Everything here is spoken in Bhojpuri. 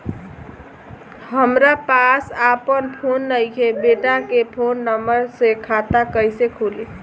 हमरा पास आपन फोन नईखे बेटा के फोन नंबर से खाता कइसे खुली?